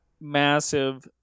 Massive